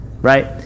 right